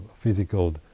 physical